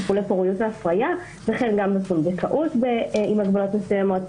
טיפולי פוריות והפריה וכן גם בפונדקאות עם הגבלות מסוימות.